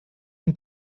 und